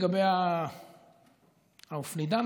לגבי האופנידן,